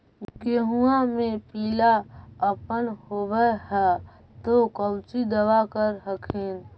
गोहुमा मे पिला अपन होबै ह तो कौची दबा कर हखिन?